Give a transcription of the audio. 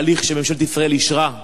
בהליך שממשלת ישראל אישרה כדין,